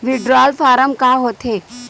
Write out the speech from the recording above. Withdrawal form का होथे?